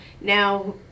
now